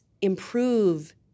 improve